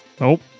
Nope